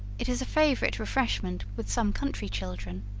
it is a favorite refreshment with some country children.